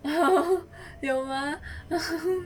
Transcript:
有 mah